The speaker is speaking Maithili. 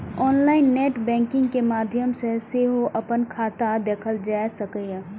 ऑनलाइन नेट बैंकिंग के माध्यम सं सेहो अपन खाता देखल जा सकैए